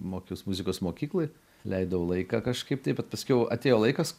mokiaus muzikos mokykloj leidau laiką kažkaip taip bet paskiau atėjo laikas